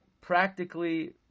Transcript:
practically